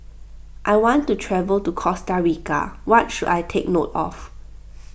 I want to travel to Costa Rica what should I take note of